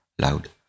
loud